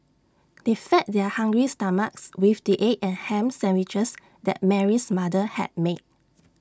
they fed their hungry's stomachs with the egg and Ham Sandwiches that Mary's mother had made